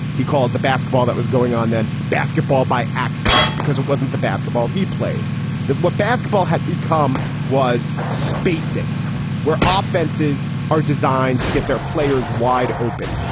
he called the basketball that was going on then basketball by accident because it wasn't the basketball he played that what basketball had become was spacing where offenses are designed to get their players wide open,